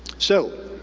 so,